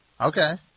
Okay